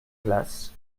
place